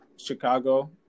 chicago